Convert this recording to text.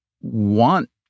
want